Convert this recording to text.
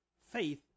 faith